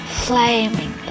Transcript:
flaming